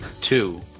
Two